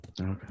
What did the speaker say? Okay